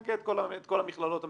שמאגד את כל המכללות המתוקצבות,